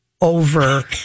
over